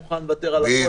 אני מוכן לוותר על הכול,